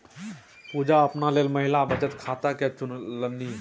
पुजा अपना लेल महिला बचत खाताकेँ चुनलनि